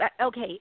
okay